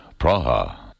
Praha